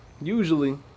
Usually